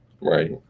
Right